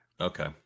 Okay